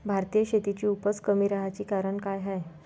भारतीय शेतीची उपज कमी राहाची कारन का हाय?